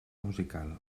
musical